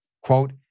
quote